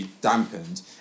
dampened